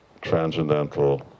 transcendental